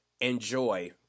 enjoy